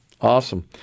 awesome